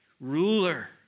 ruler